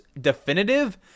definitive